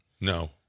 No